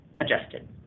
adjusted